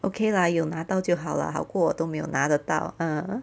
okay lah 有拿到就好 lah 好过我都没有拿得到 ah